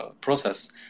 process